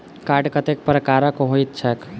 Card कतेक प्रकारक होइत छैक?